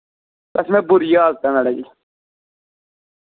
कसम ऐ बुरी हाल्त ऐ मैडम जी